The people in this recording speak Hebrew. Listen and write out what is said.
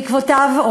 ובעקבותיו,